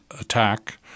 attack